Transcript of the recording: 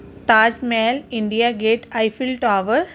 Taj Mahal India Gate Eiffel tower